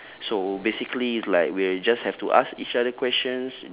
so basically it's like we'll just have to ask each other questions